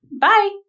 Bye